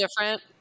different